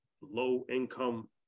low-income